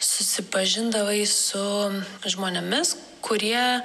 susipažindavai su žmonėmis kurie